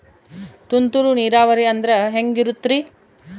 ತುಂತುರು ನೇರಾವರಿ ಅಂದ್ರೆ ಹೆಂಗೆ ಇರುತ್ತರಿ?